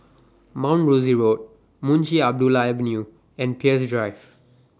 Mount Rosie Road Munshi Abdullah Avenue and Peirce Drive